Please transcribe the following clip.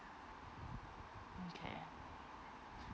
mm K